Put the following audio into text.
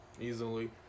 Easily